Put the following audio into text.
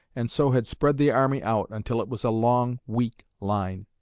and so had spread the army out until it was a long, weak line.